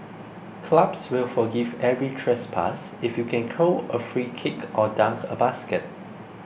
clubs will forgive every trespass if you can curl a free kick or dunk a basket